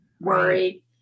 worry